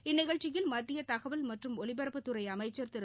இந்நிகழ்ச்சியில் மத்தியதகவல் மற்றும் ஒலிபரப்பு துறைஅமைச்சா் திரு